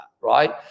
Right